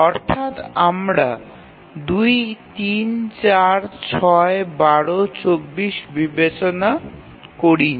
অর্থাৎ আমরা ২ ৩ ৪ ৬ ১২ ২৪ বিবেচনা করিনি